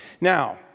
Now